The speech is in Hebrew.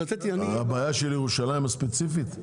הבעיה של ירושלים ספציפית?